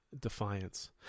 Defiance